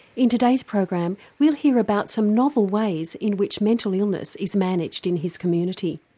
in today's program we'll hear about some novel ways in which mental illness is managed in his community.